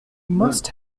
must